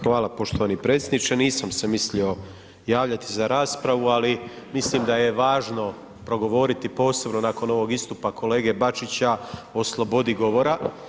Hvala poštovani predsjedniče, nisam se mislio javljati za raspravu ali mislim da je važno progovoriti posebno nakon ovog istupa kolege Bačića o slobodi govora.